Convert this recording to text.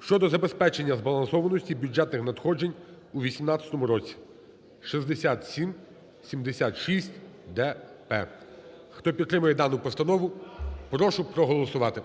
щодо забезпечення збалансованості бюджетних надходжень у 2018-му році (6776-Д-П). Хто підтримує дану постанову, прошу проголосувати.